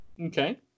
Okay